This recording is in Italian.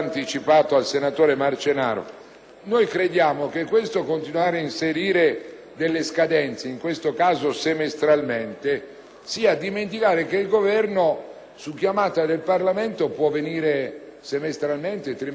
Crediamo che continuare ad inserire delle scadenze - che in questo caso sono semestrali - significhi dimenticare che il Governo su chiamata del Parlamento può venire semestralmente, trimestralmente, mensilmente o annualmente.